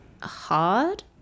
hard